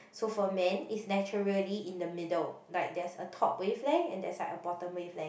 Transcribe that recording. so for men is naturally in the middle like there's a top wavelength and there's like a bottom wavelength